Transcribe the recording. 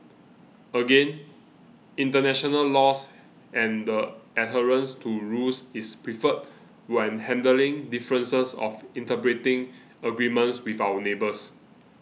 again international laws and the adherence to rules is preferred when handling differences of interpreting agreements with our neighbours